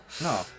No